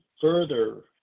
further